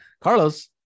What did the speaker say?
Carlos